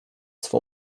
swą